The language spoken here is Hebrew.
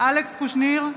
אלכס קושניר,